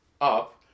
up